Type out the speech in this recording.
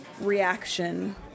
reaction